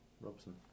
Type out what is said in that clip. Robson